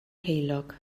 heulog